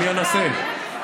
אנסה.